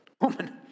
Woman